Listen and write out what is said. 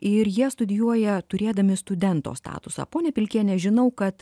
ir jie studijuoja turėdami studento statusą ponia pilkiene žinau kad